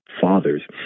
father's